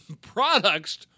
products